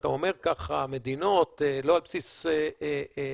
אתה אומר ככה מדינות לא על בסיס מדעי,